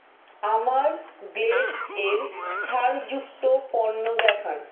আমার গ্লেডের ছাড়যুক্ত পণ্য দেখান